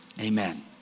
Amen